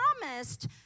promised